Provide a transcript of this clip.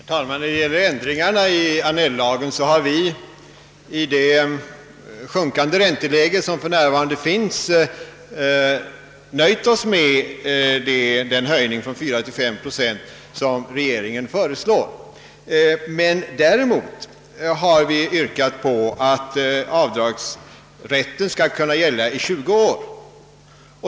Herr talman! När det gäller ändringarna i Annell-lagen har vi i det sjunkande ränteläge som för närvarande råder nöjt oss med en höjning från 4 till 5 procent som regeringen föreslår. Däremot har vi yrkat att avdragsrätten skall kunna gälla under 20 år.